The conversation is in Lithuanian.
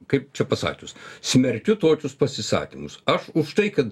kaip čia pasakius smerkiu tokius pasisakymus aš už tai kad